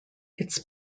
its